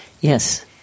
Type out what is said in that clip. Yes